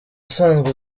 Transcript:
usanzwe